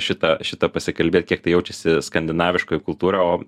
šitą šitą pasikalbėt kiek tai jaučiasi skandinaviškoj kultūroj o